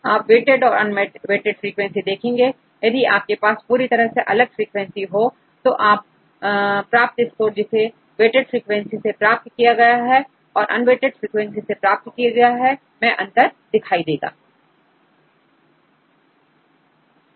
आप वेटेड और unweighted frequency देखेंगे यदि आपके पास पूरी तरह से अलग फ्रीक्वेंसी हां तो आप प्राप्त स्कोर जिसे वेटेड फ्रीक्वेंसी से प्राप्त किया गया हैऔर अनवेटेड फ्रीक्वेंसी से प्राप्त किया गया है मैं अंतर दिखाई देता है